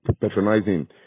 patronizing